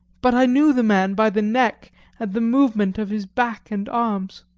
but i knew the man by the neck and the movement of his back and arms.